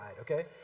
okay